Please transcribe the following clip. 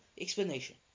explanation